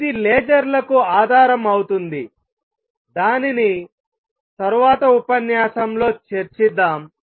ఇది లేజర్ల కు ఆధారం అవుతుంది దానిని తరువాతి ఉపన్యాసంలో చర్చిద్దాము